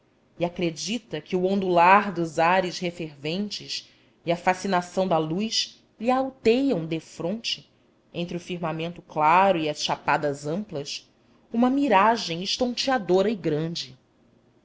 ondular dos ares referventes e a fascinação da luz lhe alteiam defronte entre o firmamento claro e as chapadas amplas uma miragem estonteadora e grande